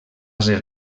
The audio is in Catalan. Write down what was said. ser